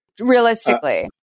Realistically